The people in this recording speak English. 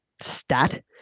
stat